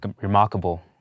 remarkable